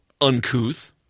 uncouth